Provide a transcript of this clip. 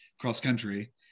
cross-country